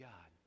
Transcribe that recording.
God